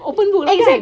open book lah kan